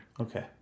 Okay